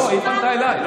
לא, היא פנתה אליי.